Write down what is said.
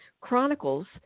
chronicles